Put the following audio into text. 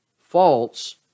False